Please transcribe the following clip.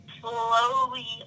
Slowly